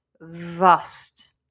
vast